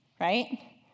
right